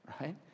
right